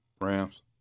Rams